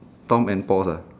tom and paul uh